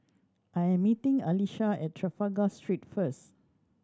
I am meeting Alisha at Trafalgar Street first